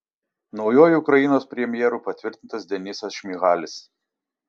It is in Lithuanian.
naujuoju ukrainos premjeru patvirtintas denysas šmyhalis